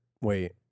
Wait